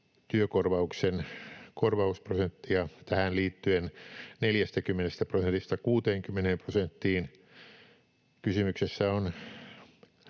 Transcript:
työkorvauksen korvausprosenttia tähän liittyen 40 prosentista 60 prosenttiin. Kysymyksessä on